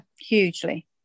hugely